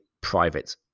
private